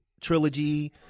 trilogy